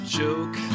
joke